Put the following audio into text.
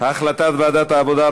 החלטת ועדת העבודה,